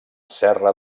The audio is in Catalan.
serra